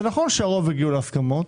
נכון שברוב הגיעו להסכמות,